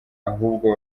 ahubwo